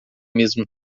mesmo